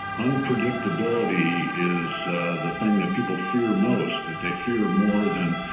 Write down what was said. unpredictability is the thing that people fear most, that they fear more than